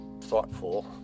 thoughtful